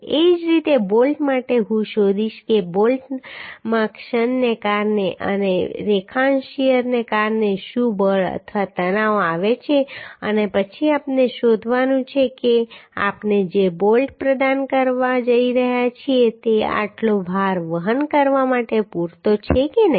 એ જ રીતે બોલ્ટ માટે હું શોધીશ કે બોલ્ટમાં ક્ષણને કારણે અને રેખાંશ શીયરને કારણે શું બળ અથવા તણાવ આવે છે અને પછી આપણે શોધવાનું છે કે આપણે જે બોલ્ટ પ્રદાન કરવા જઈ રહ્યા છીએ તે આટલો ભાર વહન કરવા માટે પૂરતો છે કે નહીં